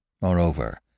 Moreover